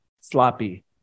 sloppy